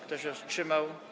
Kto się wstrzymał?